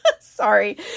sorry